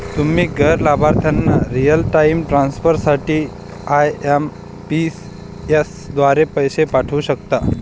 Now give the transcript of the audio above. तुम्ही गैर लाभार्थ्यांना रिअल टाइम ट्रान्सफर साठी आई.एम.पी.एस द्वारे पैसे पाठवू शकता